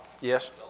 yes